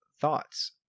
Thoughts